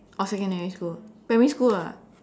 or secondary school primary school lah